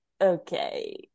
okay